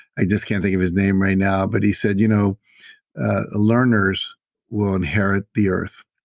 i just can't think of his name right now, but he said you know ah learners will inherit the earth.